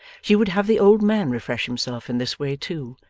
she would have the old man refresh himself in this way too,